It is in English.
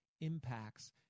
impacts